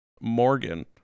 Morgan